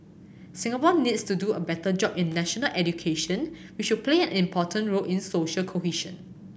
Singapore needs to do a better job in national education which will play an important role in social cohesion